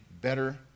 better